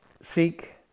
seek